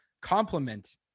complement